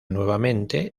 nuevamente